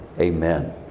amen